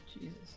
Jesus